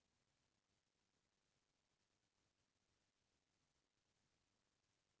मोर खाता ले एक दिन म कतका पइसा ल निकल सकथन?